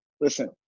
listen